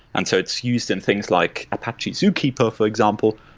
and so it's used in things like apache zookepper, for example,